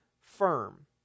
firm